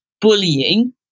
bullying